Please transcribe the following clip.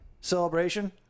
celebration